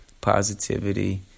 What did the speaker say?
positivity